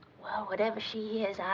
well, whatever she hears,